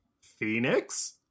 phoenix